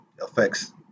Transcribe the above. affects